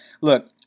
look